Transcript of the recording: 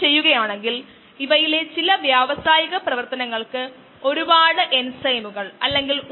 substrate ഉപയോഗിച്ച് mu നമ്മൾ മാറ്റുന്നു